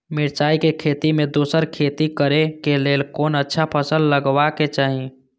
मिरचाई के खेती मे दोसर खेती करे क लेल कोन अच्छा फसल लगवाक चाहिँ?